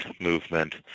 movement